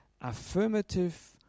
affirmative